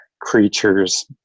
creatures